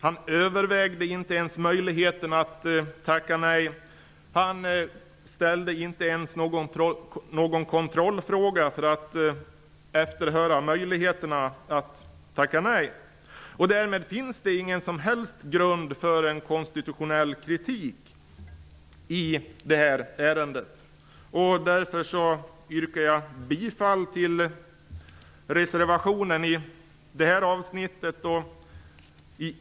Han övervägde inte ens möjligheten att tacka nej, och han ställde inte ens någon kontrollfråga för att höra efter vilka möjligheter som fanns att tacka nej. Därmed finns det ingen som helst grund för en konstitutionell kritik i det här ärendet, och jag yrkar därför bifall till reservationen i det här avsnittet.